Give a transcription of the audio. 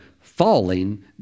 falling